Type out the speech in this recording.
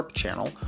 channel